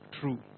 True